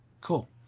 cool